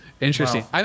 Interesting